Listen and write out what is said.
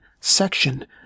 section